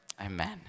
amen